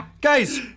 Guys